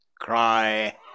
cry